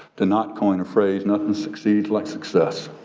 to not coin a phrase, nothing succeeds like success.